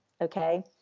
Okay